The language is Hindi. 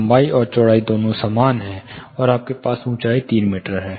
लंबाई और चौड़ाई दोनों समान हैं और आपकी ऊंचाई 3 मीटर है